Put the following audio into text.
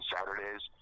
Saturdays